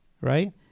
right